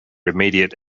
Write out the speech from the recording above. immediate